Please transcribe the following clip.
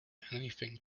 anything